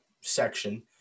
section